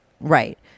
Right